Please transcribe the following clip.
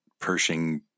Pershing